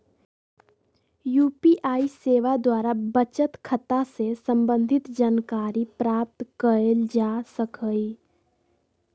UPI सेवा द्वारा बचत खता से संबंधित जानकारी प्राप्त कएल जा सकहइ